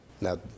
Now